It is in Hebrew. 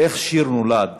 "איך שיר נולד?",